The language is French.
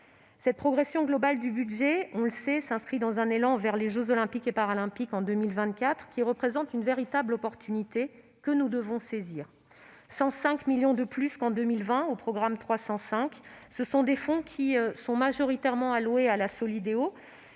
Cette progression globale du budget, on le sait, s'inscrit dans un élan vers les jeux Olympiques et Paralympiques de 2024, qui représentent une véritable opportunité que nous devons saisir. Les 105 millions d'euros supplémentaires du programme 305 sont majoritairement alloués à la Solideo,